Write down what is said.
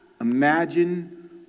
imagine